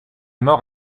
mort